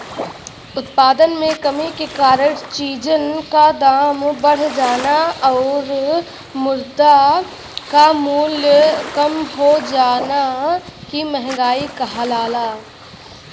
उत्पादन में कमी के कारण चीजन क दाम बढ़ जाना आउर मुद्रा क मूल्य कम हो जाना ही मंहगाई कहलाला